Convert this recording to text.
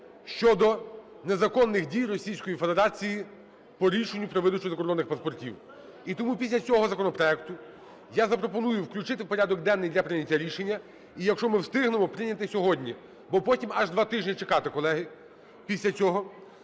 щодо незаконних дій Російської Федерації по рішенню про видачу закордонних паспортів. І тому після цього законопроекту я запропоную включити в порядок денний для прийняття рішення. І якщо ми встигнемо, прийняти сьогодні. Бо потім аж два тижні чекати, колеги, після цього.